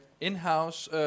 in-house